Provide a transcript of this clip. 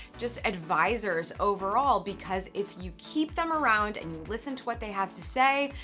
just advisers overall. because if you keep them around and listen to what they have to say,